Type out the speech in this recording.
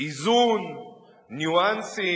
איזון, ניואנסים,